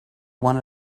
one